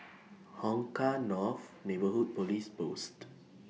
Hong Kah North Neighbourhood Police Post